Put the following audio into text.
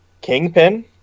Kingpin